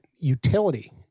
utility